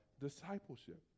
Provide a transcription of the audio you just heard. discipleship